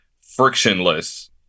frictionless